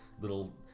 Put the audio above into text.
little